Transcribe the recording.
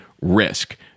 risk